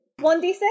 1d6